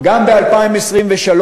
שגם ב-2023,